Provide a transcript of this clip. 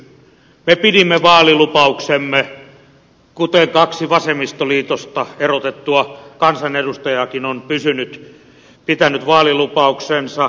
me pidimme vaalilupauksemme kuten kaksi vasemmistoliitosta erotettua kansanedustajaakin ovat pitäneet vaalilupauksensa